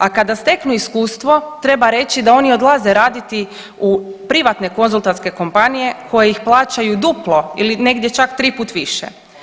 A kada steknu iskustvo treba reći da oni odlaze raditi u privatne konzultantske kompanije koje ih plaćaju duplo ili negdje čak triput više.